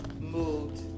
moved